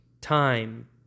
time